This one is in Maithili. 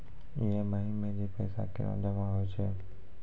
ई.एम.आई मे जे पैसा केना जमा होय छै?